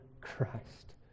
Christ